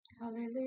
Hallelujah